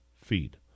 feed